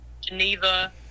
Geneva